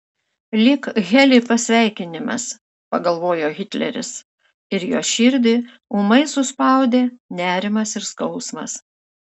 lyg heli pasveikinimas pagalvojo hitleris ir jo širdį ūmai suspaudė nerimas ir skausmas